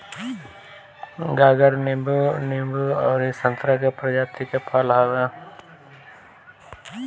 गागर नींबू, नींबू अउरी संतरा के प्रजाति के फल हवे